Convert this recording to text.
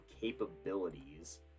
capabilities